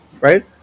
Right